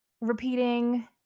repeating